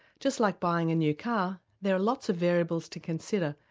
just like buying a new car there are lots of variables to consider,